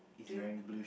do